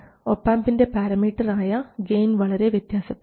ഒപാംപിൻറെ പാരമീറ്റർ ആയ ഗെയിൻ വളരെയധികം വ്യത്യാസപ്പെടും